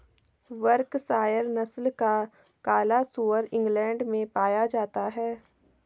Berkshire नस्ल का काला सुअर इंग्लैण्ड में पाया जाता है